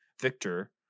victor